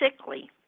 sickly